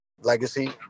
legacy